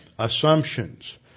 assumptions